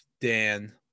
Dan